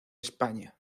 españa